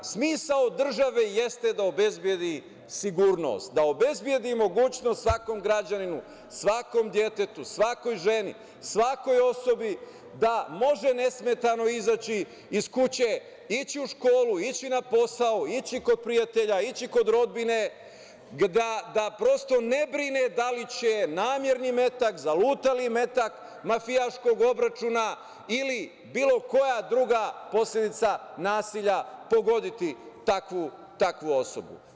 Smisao države jeste da obezbedi sigurnost, da obezbedi mogućnost svakom građaninu, svakom detetu, svakoj ženi, svakoj osobi da može nesmetano izaći iz kuće, ići u školu, ići na posao, ići kod prijatelja, ići kod rodbine, da prosto ne brine da li će namerni metak, zalutali metak mafijaškog obračuna ili bilo koja druga posledica nasilja pogoditi takvu osobu.